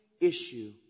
issue